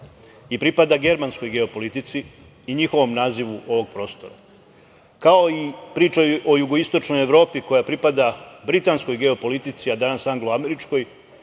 i pripada germanskoj geopolitici i njihovom nazivu ovog prostora. Kao i priča o jugoistočnoj Evropi koja pripada britanskoj geopolitici, a danas anglo-američkoj,